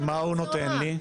שמה הוא נותן לי?